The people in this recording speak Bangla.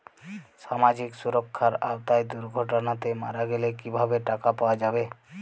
সামাজিক সুরক্ষার আওতায় দুর্ঘটনাতে মারা গেলে কিভাবে টাকা পাওয়া যাবে?